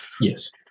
Yes